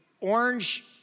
orange